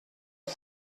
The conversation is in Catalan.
del